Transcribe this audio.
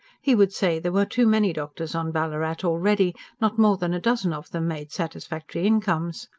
he would say there were too many doctors on ballarat already not more than a dozen of them made satisfactory incomes.